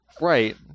Right